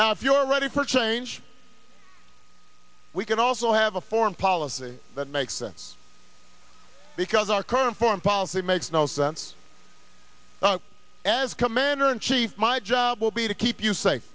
now if you're ready for change we can also have a foreign policy that makes sense because our current foreign policy makes no sense as commander in chief my job will be to keep you safe